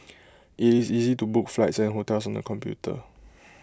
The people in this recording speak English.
is IT easy to book flights and hotels on the computer